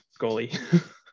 goalie